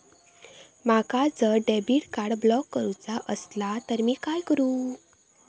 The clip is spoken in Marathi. माका जर डेबिट कार्ड ब्लॉक करूचा असला तर मी काय करू?